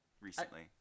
recently